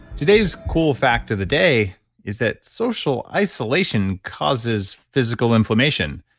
today's cool fact of the day is that social isolation causes physical inflammation.